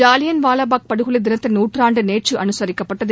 ஜாலியன்வாவாபாக் படுகொலை தினத்தின் நூற்றாண்டு நேற்று அனுசரிக்கப்பட்டது